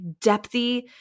depthy